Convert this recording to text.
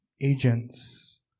agents